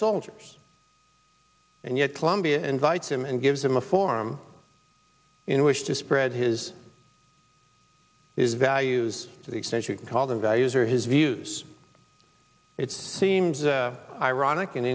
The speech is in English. soldiers and yet colombia invites him and gives him a forum in which to spread his is values to the extent you can call them values or his views it's seems ironic an